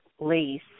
lease